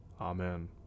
amen